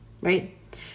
right